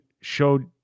showed